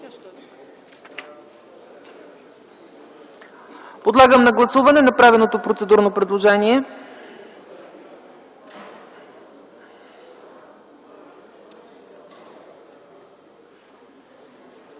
Подлагам на гласуване направеното процедурно предложение.